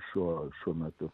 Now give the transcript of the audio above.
šiuo šiuo metu